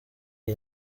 iyi